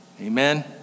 Amen